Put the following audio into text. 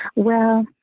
well,